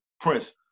Prince